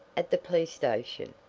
at the police-station,